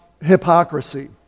hypocrisy